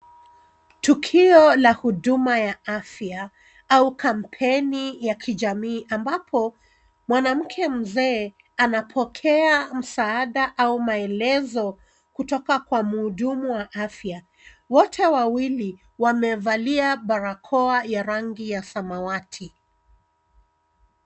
Tukio la huduma ya afya au kampeni ya kijamii ambapo mwanamke mzee anapokea msaada au maelezo kutoka kwa mhudumu wa afya. Wote wawili wamevalia barakoa ya rangi ya samawati.